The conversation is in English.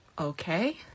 Okay